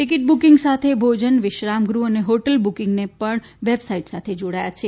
ticket booking સાથે ભોજન વિશ્રામગૃહ અને હોટલ બુકીંગને પણ વેબસાઇટ સાથે જોડાયા છે